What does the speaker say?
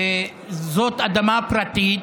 זאת אדמה פרטית,